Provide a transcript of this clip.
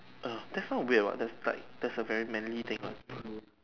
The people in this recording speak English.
oh that's not weird what that's like that's a manly thing lah